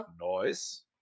noise